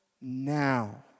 now